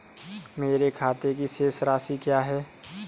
मेरे खाते की शेष राशि क्या है?